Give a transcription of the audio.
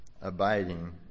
abiding